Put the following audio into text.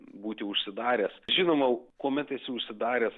būti užsidaręs žinoma kuomet esi užsidaręs